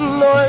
no